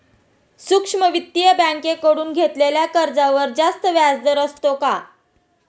सूक्ष्म वित्तीय बँकेकडून घेतलेल्या कर्जावर जास्त व्याजदर असतो का?